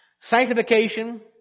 sanctification